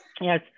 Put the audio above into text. Yes